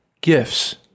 gifts